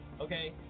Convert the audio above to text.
okay